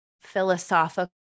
philosophical